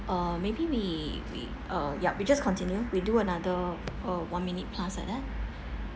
uh maybe we we uh yup we just continue we do another uh one minute plus like that